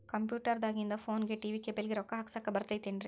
Computer ದಾಗಿಂದ್ ಫೋನ್ಗೆ, TV cable ಗೆ, ರೊಕ್ಕಾ ಹಾಕಸಾಕ್ ಬರತೈತೇನ್ರೇ?